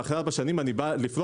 ואחרי ארבע שנים אני בא לפרוע,